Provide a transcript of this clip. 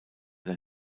der